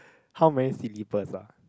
how many seat give us lah